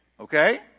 okay